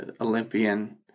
Olympian